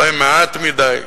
אולי מעט מדי,